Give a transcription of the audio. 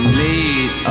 made